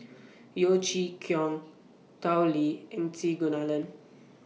Yeo Chee Kiong Tao Li and C Kunalan